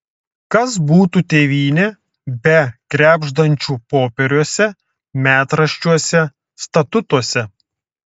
kas būtų tėvynė be krebždančių popieriuose metraščiuose statutuose